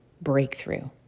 breakthrough